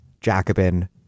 Jacobin